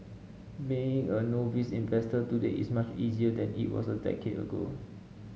being a novice investor today is much easier than it was a decade ago